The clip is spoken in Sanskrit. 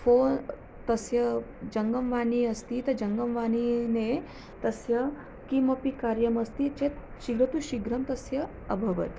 फ़ो तस्य जङ्गमवाणीम् अस्ति त जङ्गमवाणी ने तस्य किमपि कार्यमस्ति चेत् शीघ्रं तु शीघ्रं तस्य अभवत्